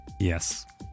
Yes